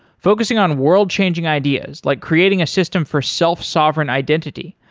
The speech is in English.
focusing on world-changing ideas like creating a system for self-sovereign identity,